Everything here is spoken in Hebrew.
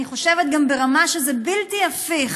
אני חושבת גם ברמה שזה בלתי הפיך